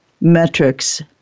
metrics